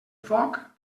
foc